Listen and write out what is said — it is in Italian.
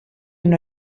una